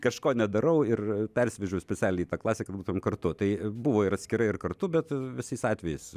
kažko nedarau ir persivedžiau specialiai į tą klasę kad būtume kartu tai buvo ir atskirai ir kartu bet visais atvejais